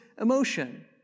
emotion